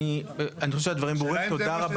הדברים שלך נרשמו בפרוטוקול,